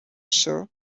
sir